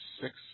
six